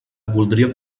voldria